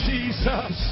Jesus